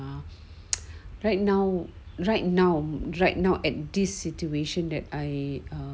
uh right now right now right now at this situation that I um